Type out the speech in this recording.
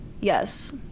Yes